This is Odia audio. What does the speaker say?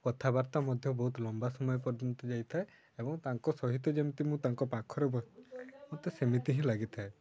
କଥାବାର୍ତ୍ତା ମଧ୍ୟ ବହୁତ ଲମ୍ବା ସମୟ ପର୍ଯ୍ୟନ୍ତ ଯାଇଥାଏ ଏବଂ ତାଙ୍କ ସହିତ ଯେମିତି ମୁଁ ତାଙ୍କ ପାଖରେ ମୋତେ ସେମିତି ହିଁ ଲାଗିଥାଏ